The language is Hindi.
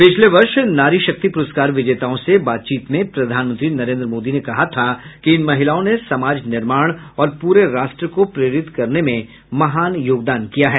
पिछले वर्ष नारीशक्ति प्रस्कार विजेताओं से बातचीत में प्रधानमंत्री नरेंद्र मोदी ने कहा था कि इन महिलाओं ने समाज निर्माण और पूरे राष्ट्र को प्रेरित करने में महान योगदान किया है